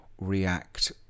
react